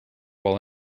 while